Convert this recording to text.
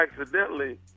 accidentally